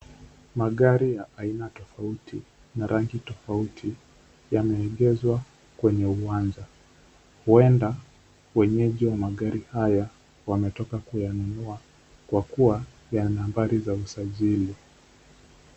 Magari ya aina tofauti na rangi tofauti yameegezwa kwenye uwanja. Huenda wenyeji wa magari haya wametoka kuyanunua kwa kuwa yana nambari za usajili.